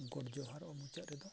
ᱜᱳᱰ ᱡᱚᱦᱟᱨ ᱢᱩᱪᱟᱹᱫ ᱨᱮᱫᱚ